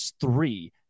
three